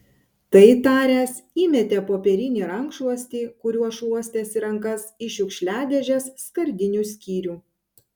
tai taręs įmetė popierinį rankšluostį kuriuo šluostėsi rankas į šiukšliadėžės skardinių skyrių